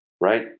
right